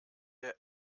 der